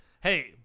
Hey